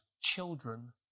children